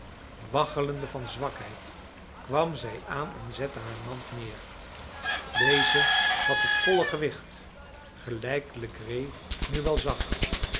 waggelende van zwakheid kwam zij aan en zette haar mand neer deze had het volle gewicht gelijk legree nu wel zag